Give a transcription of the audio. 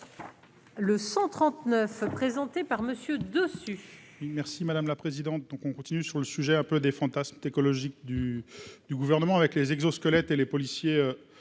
Le 139 présenté par Monsieur dessus.